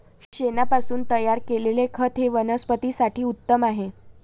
शेणापासून तयार केलेले खत हे वनस्पतीं साठी उत्तम आहे